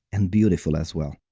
and beautiful as well.